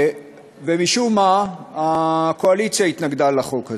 ומשום מה הקואליציה התנגדה לחוק הזה.